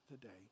today